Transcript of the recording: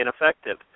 ineffective